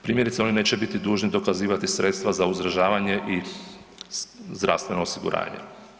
Primjerice oni neće biti dužni dokazivati sredstva za uzdržavanje i zdravstveno osiguranje.